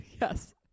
Yes